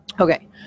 okay